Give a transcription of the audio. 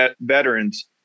veterans